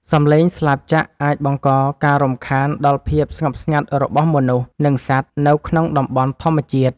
សំឡេងស្លាបចក្រអាចបង្កការរំខានដល់ភាពស្ងប់ស្ងាត់របស់មនុស្ស និងសត្វនៅក្នុងតំបន់ធម្មជាតិ។